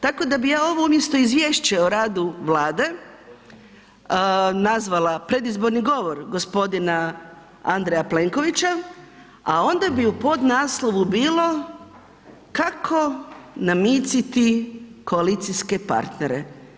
Tako da bi ja ovo umjesto izvješće o radu Vlade nazvala predizborni govor gospodina Andreja Plenkovića, a onda bi u podnaslovu bilo, kako namiciti koalicijske partnere.